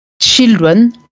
children